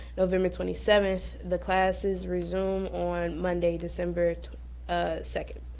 november twenty seventh. the classes resume on monday, december second.